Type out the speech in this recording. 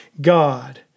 God